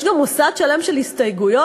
יש גם מוסד שלם של הסתייגויות,